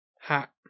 hat